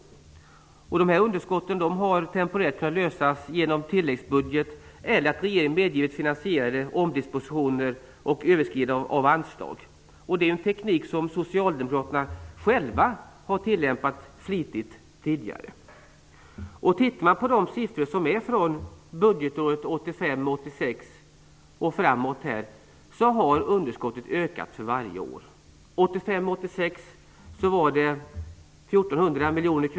Underskotten har temporärt kunnat klaras genom tilläggsbudget eller genom att regeringen medgivit omdispositioner och överskridande av anslag. Det är en teknik som Socialdemokraterna själva har tillämpat flitigt tidigare. Tittar man på siffrorna från budgetåret 1985 86 var det ungefär 1,4 miljoner.